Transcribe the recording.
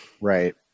Right